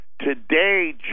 Today